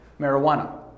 marijuana